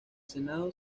senado